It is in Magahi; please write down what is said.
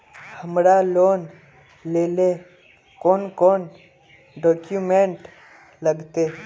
हमरा लोन लेले कौन कौन डॉक्यूमेंट लगते?